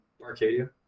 arcadia